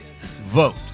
vote